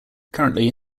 currently